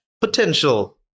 potential